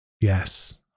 Yes